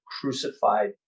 crucified